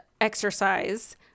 exercise